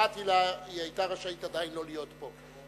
כשקראתי לה היא היתה רשאית עדיין לא להיות פה.